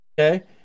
okay